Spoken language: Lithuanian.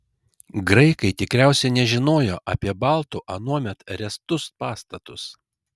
graikai tikriausiai nežinojo apie baltų anuomet ręstus pastatus